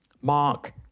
mark